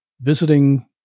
visiting